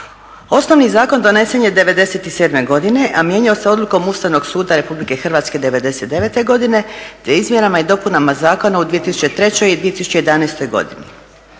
Osnovni zakon donesen je '97. godine, a mijenjao se odlukom Ustavnog suda Republike Hrvatske '99. godine te izmjenama i dopunama zakona u 2003. i 2011. godini.